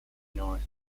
north